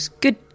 good